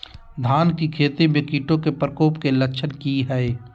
धान की खेती में कीटों के प्रकोप के लक्षण कि हैय?